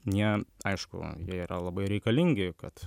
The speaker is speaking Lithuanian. jie aišku jie yra labai reikalingi kad